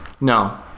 No